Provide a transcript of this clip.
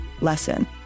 lesson